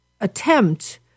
attempt